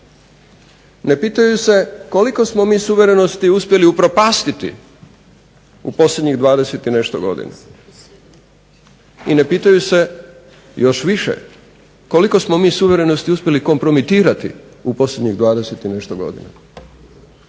Ne pitaju se koliko smo mi suverenosti uspjeli upropastiti u posljednjih 20 i nešto godina i ne pitaju se još više koliko smo mi suverenosti uspjeli kompromitirati u posljednjih 20 i nešto godina,